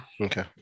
Okay